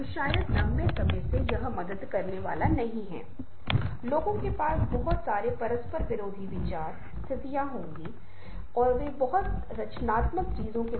तो यह किसी का सहयोग देता है की वह वापस आकर अपने टाइपराइटर पर बैठ सकता है और इस अंक को टाइप कर सकता है